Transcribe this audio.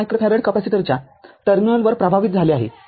५ microfarad कॅपेसिटरच्या टर्मिनलवर प्रभावित झाले आहे